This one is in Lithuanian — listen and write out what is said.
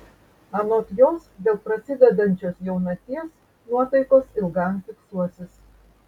anot jos dėl prasidedančios jaunaties nuotaikos ilgam fiksuosis